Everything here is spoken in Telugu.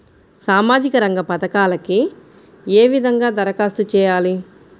సామాజిక రంగ పథకాలకీ ఏ విధంగా ధరఖాస్తు చేయాలి?